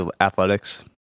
athletics